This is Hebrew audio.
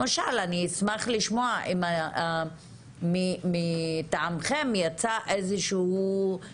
למשל, אשמח לשמוע אם מטעמכם יצאה תזכורת